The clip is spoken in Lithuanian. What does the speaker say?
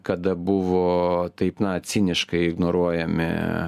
kada buvo taip na ciniškai ignoruojami